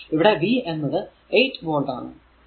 ഇവിടെ v എന്നത് 8 volt ആണ്